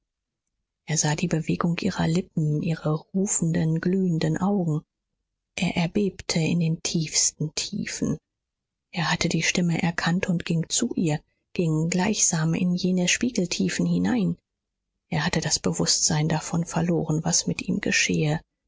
er sah die bewegung ihrer lippen ihre rufenden glühenden augen er erbebte in den tiefsten tiefen er hatte die stimme erkannt und ging zu ihr ging gleichsam in jene spiegeltiefen hinein er hatte das bewußtsein davon verloren was mit ihm geschehe